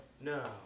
No